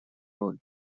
роль